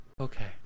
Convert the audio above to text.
Okay